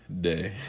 day